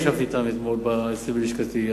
על כל פנים, ישבתי אתם אתמול אצלי בלשכתי.